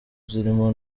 zirimo